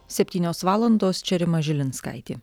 septynios valandos čia rima žilinskaitė